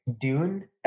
Dune